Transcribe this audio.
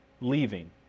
leaving